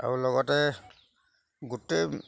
আৰু লগতে গোটেই